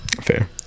Fair